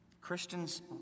Christians